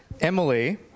Emily